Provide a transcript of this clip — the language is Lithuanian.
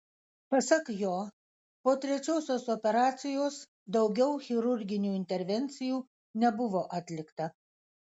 pasak jo po trečiosios operacijos daugiau chirurginių intervencijų nebuvo atlikta